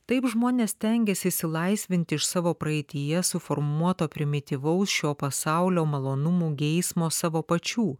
taip žmonės stengiasi išsilaisvinti iš savo praeityje suformuoto primityvaus šio pasaulio malonumų geismo savo pačių